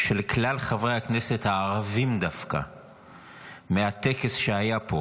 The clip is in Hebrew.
של כלל חברי הכנסת הערבים דווקא מהטקס שהיה פה